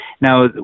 Now